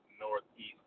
northeast